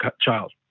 child